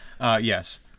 Yes